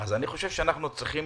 אנחנו צריכים